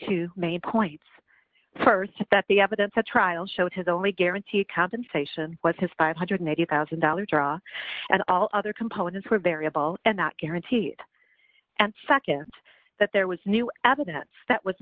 two main points st that the evidence at trial showed his only guaranteed compensation was his five hundred and eighty thousand dollars draw and all other components were variable and not guaranteed and nd that there was new evidence that was